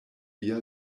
via